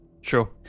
Sure